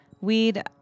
weed